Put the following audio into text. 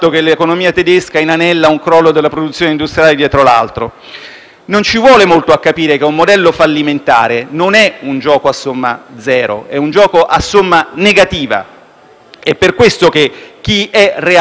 Non ci vuole molto a capire che un modello fallimentare non è un gioco a somma zero, ma un gioco a somma negativa, ed è per questo che chi è realmente animato da uno spirito di genuina,